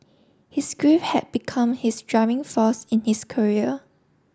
his grief had become his driving force in is career